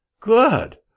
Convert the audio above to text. Good